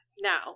now